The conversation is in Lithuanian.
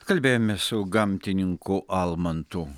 kalbėjomės su gamtininku almantu